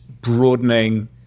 broadening